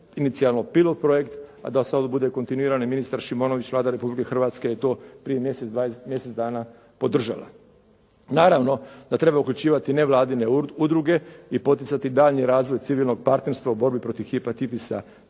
inicijalni pilot projekt, a da sad bude kontinuirani ministar Šimonović, Vlada Republike Hrvatske je to prije mjesec dana podržala. Naravno da treba uključivati nevladine udruge i poticati daljnji razvoj civilnog partnerstva u borbi protiv hepatitisa